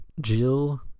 Jill